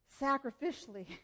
Sacrificially